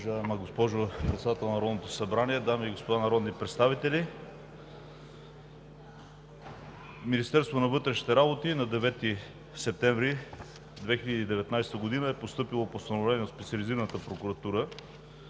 Уважаема госпожо Председател на Народното събрание, дами и господа народни представители! В Министерството на вътрешните работи на 9 септември 2019 г. е постъпило постановление от Специализираната прокуратура